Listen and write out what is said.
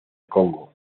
congo